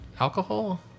alcohol